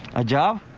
a job,